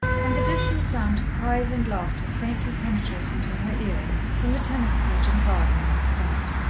and the distant sound of cries and laughter faintly penetrating to her ears from the tennis-court and garden outside.